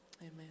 Amen